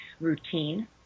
routine